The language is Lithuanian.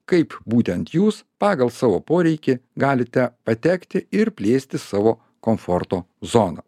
kaip būtent jūs pagal savo poreikį galite patekti ir plėsti savo komforto zoną